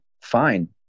Fine